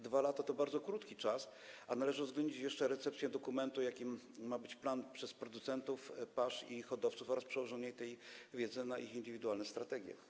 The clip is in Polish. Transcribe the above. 2 lata to bardzo krótki czas, a należy uwzględnić jeszcze recepcję dokumentu, jakim ma być plan, przez producentów pasz i hodowców oraz przełożenie tej wiedzy na ich indywidualne strategie.